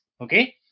okay